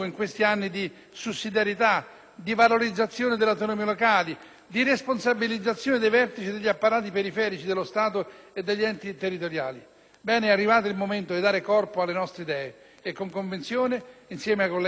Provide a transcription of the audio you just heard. di valorizzazione delle autonomie locali, di responsabilizzazione dei vertici degli apparati periferici dello Stato e degli enti territoriali; è arrivato, dunque, il momento di dare corpo alle nostre idee e con convinzione, insieme ai colleghi del Gruppo PdL, aderisco a questo progetto.